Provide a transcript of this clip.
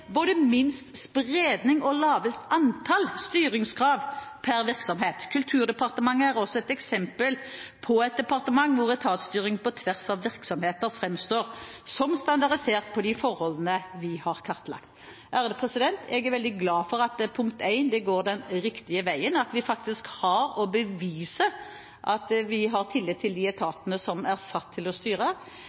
både minst spredning og lavest antall styringskrav per virksomhet. KUD er også et eksempel på et departement hvor etatsstyringen på tvers av virksomheter fremstår standardisert på de forholdene vi har kartlagt.» Jeg er veldig glad for at det går den riktige veien. Vi kan faktisk bevise at vi har tillit til de etatene som er satt til å styre,